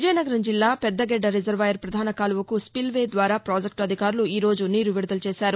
విజయనగరం జిల్లా పెద్దగెద్డ రిజర్వాయర్ ప్రధాన కాలువకు స్పిల్ వే ద్వారా పాజెక్టు అధికారులు ఈరోజు నీరు విడుదల చేశారు